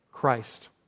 Christ